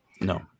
No